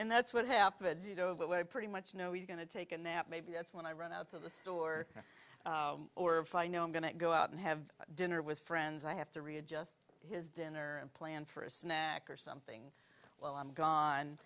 and that's what happens you know that way pretty much know he's going to take a nap maybe that's when i run out to the store or if i know i'm going to go out and have dinner with friends i have to readjust his dinner and plan for a snack or something well i'm gone